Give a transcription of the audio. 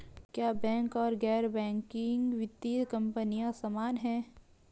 क्या बैंक और गैर बैंकिंग वित्तीय कंपनियां समान हैं?